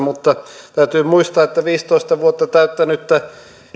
mutta täytyy muistaa että viisitoista vuotta täyttänyttä